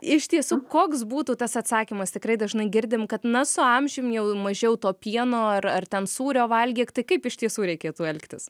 iš tiesų koks būtų tas atsakymas tikrai dažnai girdim kad na su amžium jau mažiau to pieno ar ar ten sūrio valgyk tai kaip iš tiesų reikėtų elgtis